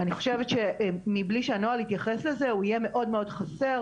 אני חושבת שמבלי שהנוהל יתייחס לזה הוא יהיה מאוד מאוד חסר.